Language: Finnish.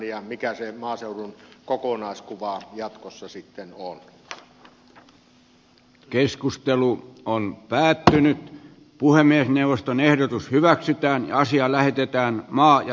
ja mikä se maaseudun kokonaiskuva jatkossa sitten on päätynyt puhemiesneuvoston ehdotus hyväksytään asia lähetetään maa ja